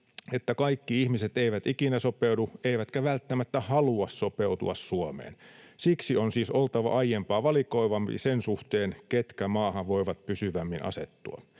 että kaikki ihmiset eivät ikinä sopeudu eivätkä välttämättä halua sopeutua Suomeen. Siksi on siis oltava aiempaa valikoivampi sen suhteen, ketkä maahan voivat pysyvämmin asettua.